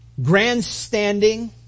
grandstanding